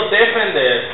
defender